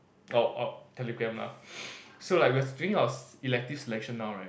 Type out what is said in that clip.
oh oh telegram lah so like we doing our s~ elective selection now right